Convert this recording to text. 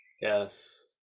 Yes